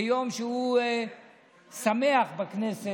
זה יום שהוא שמח בכנסת.